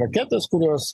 raketos kurios